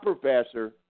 professor